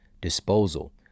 disposal